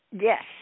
Yes